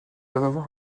avoir